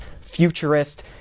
futurist